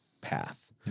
path